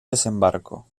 desembarco